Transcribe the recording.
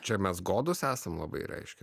čia mes godūs esam labai reiškia